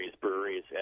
breweries